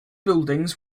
buildings